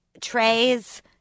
trays